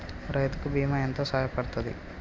రైతు కి బీమా ఎంత సాయపడ్తది?